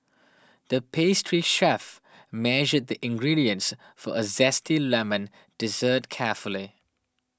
the pastry chef measured the ingredients for a Zesty Lemon Dessert carefully